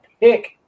pick